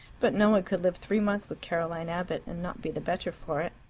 but no one could live three months with caroline abbott and not be the better for it.